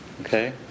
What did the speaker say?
okay